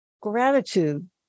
Gratitude